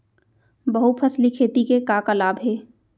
बहुफसली खेती के का का लाभ हे?